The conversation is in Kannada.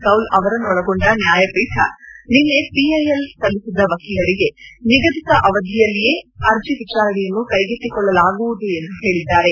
ಕೌಲ್ ಅವರನ್ನೊಳಗೊಂಡ ನ್ನಾಯಪೀಠ ನಿನ್ನೆ ಪಿಐಎಲ್ ಸಲ್ಲಿಸಿದ್ದ ವಕೀಲರಿಗೆ ನಿಗದಿತ ಅವಧಿಯಲ್ಲಿಯೇ ಅರ್ಜ ವಿಚಾರಣೆಯನ್ನು ಕೈಗೆತ್ತಿಕೊಳ್ಳಲಾಗುವುದು ಎಂದು ಹೇಳಿದ್ದಾರೆ